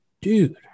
dude